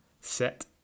set